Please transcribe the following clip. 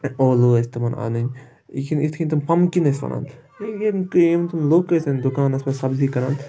ٲلوٕ ٲسۍ تِمَن اَنٕنۍ یِتھ کٔنۍ یِتھ کٔنۍ تِم پَمکِن ٲسۍ وَنان یِم یِم تِم لُکھ ٲسۍ دُکانَس پٮ۪ٹھ سبزی کَران